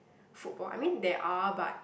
football I mean there are but